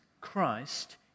Christ